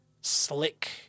Slick